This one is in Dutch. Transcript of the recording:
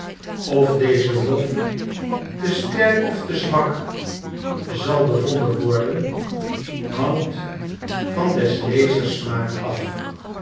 of deze lof te sterk of te zwak zal bevonden worden hangt van des lezers smaak af